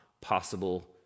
possible